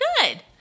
Good